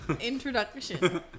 introduction